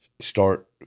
start